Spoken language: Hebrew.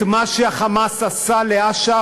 את מה שה"חמאס" עשה לאש"ף,